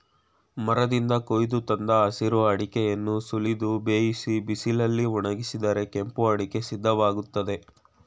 ಮರದಿಂದ ಕೊಯ್ದು ತಂದ ಹಸಿರು ಅಡಿಕೆಯನ್ನು ಸುಲಿದು ಬೇಯಿಸಿ ಬಿಸಿಲಲ್ಲಿ ಒಣಗಿಸಿದರೆ ಕೆಂಪು ಅಡಿಕೆ ಸಿದ್ಧವಾಗ್ತದೆ